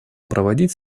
проводить